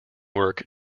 work